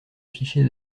fichier